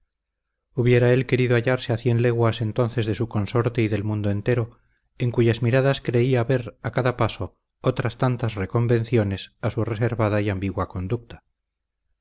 hubiera él querido hallarse a cien leguas entonces de su consorte y del mundo entero en cuyas miradas creía ver a cada paso otras tantas reconvenciones a su reservada y ambigua conducta